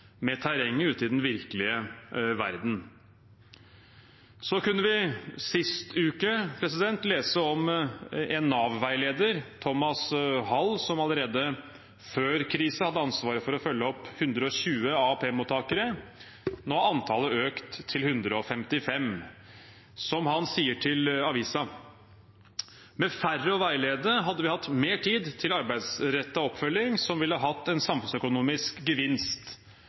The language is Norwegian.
med terrenget ute i den virkelige verden. Så kunne vi sist uke lese om en Nav-veileder, Thomas Hall, som allerede før krisen hadde ansvaret for å følge opp 120 AAP-mottakere. Nå har antallet økt til 155. Som han sier til avisen: «Med færre å veilede, hadde vi hatt mer tid til arbeidsrettet oppfølging som ville hatt en samfunnsøkonomisk gevinst.